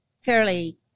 fairly